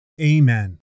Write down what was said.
Amen